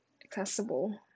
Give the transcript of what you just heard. accessible